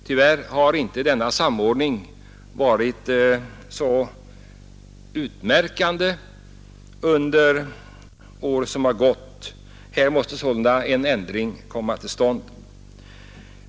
Tyvärr har inte denna samordning varit så utmärkande under de år som har gått. Här måste sålunda en ändring komma till stånd.